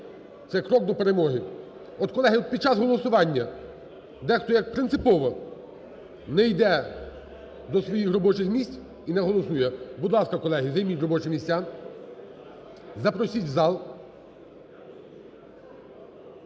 це крок до перемоги. От, колеги, під час голосування дехто як принципово не йде до своїх робочих місць і не голосує. Будь ласка, колеги, займіть робочі місця. Запросіть в зал.